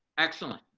excellent.